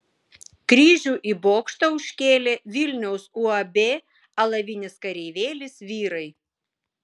kryžių į bokštą užkėlė vilniaus uab alavinis kareivėlis vyrai